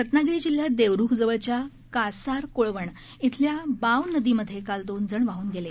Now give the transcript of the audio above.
रत्नागिरी जिल्ह्यात देवरुखजवळच्या कासारकोळवण इथल्या बाव नदीमध्ये काल दोन जण वाहन गेले